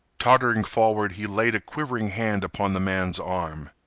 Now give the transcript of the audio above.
tottering forward he laid a quivering hand upon the man's arm.